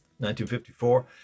1954